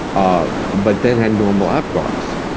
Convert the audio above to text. ah but then had normal apgars,